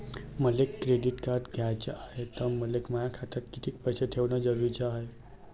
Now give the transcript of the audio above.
मले credit card घ्याचं हाय, त मले माया खात्यात कितीक पैसे ठेवणं जरुरीच हाय?